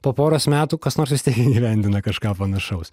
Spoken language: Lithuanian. po poros metų kas nors vis tiek įgyvendina kažką panašaus